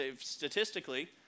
statistically